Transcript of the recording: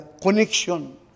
connection